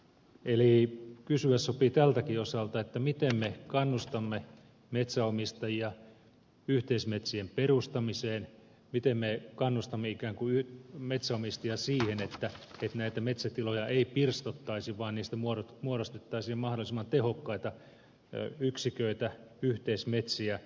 eli kysyä sopii tältäkin osalta miten me kannustamme metsänomistajia yhteismetsien perustamiseen miten me kannustamme ikään kuin metsänomistajia siihen että näitä metsätiloja ei pirstottaisi vaan niistä muodostettaisiin mahdollisimman tehokkaita yksiköitä yhteismetsiä